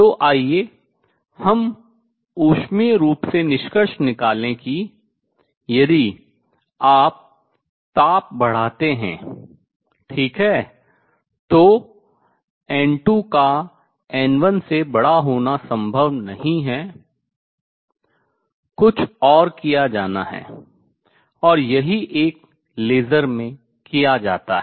तो आइए हम ऊष्मीय रूप से निष्कर्ष निकालें कि यदि आप ताप बढ़ाते हैं ठीक है तो n2 का n1 से बड़ा होना संभव नहीं है कुछ और किया जाना है और यही एक लेसर में किया जाता है